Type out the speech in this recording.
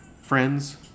friends